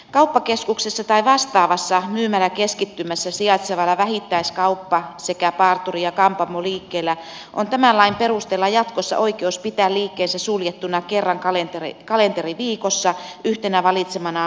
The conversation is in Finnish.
kauppakeskuksessa tai vastaavassa myymäläkeskittymässä sijaitsevalla vähittäiskauppa sekä parturi ja kampaamoliikkeellä on tämän lain perusteella jatkossa oikeus pitää liikkeensä suljettuna kerran kalenteriviikossa yhtenä valitsemanaan viikonpäivänä